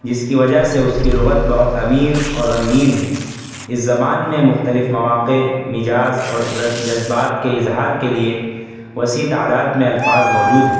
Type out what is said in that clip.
جس کی وجہ سے اس کی لغت بہت امیر اور رنگین ہیں اس زبان میں مختلف مواقع مزاج اور جذبات کے اظہار کے لیے وسیع تعداد میں الفاظ موجود ہیں